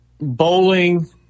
Bowling